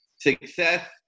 Success